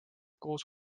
koos